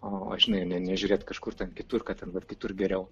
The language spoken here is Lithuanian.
o žinai ne nežiūrėt kažkur kitur kad ten vat kitur geriau